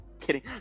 kidding